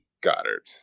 goddard